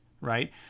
right